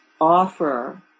offer